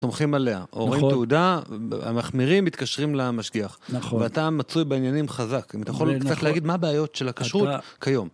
סומכים עליה, רואים תעודה, המחמירים מתקשרים למשגיח, נכון. ואתה מצוי בעניינים חזק, אם אתה יכול קצת להגיד מה הבעיות של הכשרות כיום.